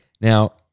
now